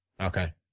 Okay